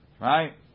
right